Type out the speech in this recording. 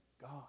God